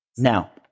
Now